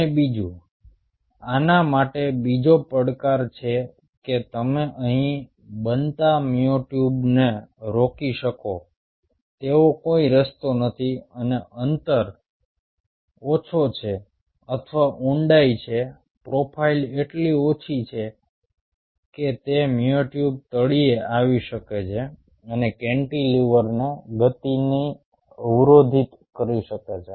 અને બીજું આના માટે બીજો પડકાર છે કે તમે અહીં બનતા મ્યોટ્યુબ્સને રોકી શકો તેવો કોઈ રસ્તો નથી અને અંતર ઓછો છે અથવા ઊંડાઈ છે પ્રોફાઇલ એટલી ઓછી છે કે તે મ્યોટ્યુબ તળિયે આવી શકે છે અને કેન્ટિલેવર ગતિને અવરોધિત કરી શકે છે